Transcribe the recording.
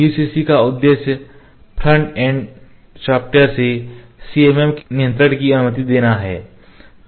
UCC का उद्देश्य front end software से CMM के नियंत्रण की अनुमति देना है